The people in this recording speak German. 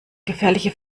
gefährliche